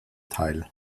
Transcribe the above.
teil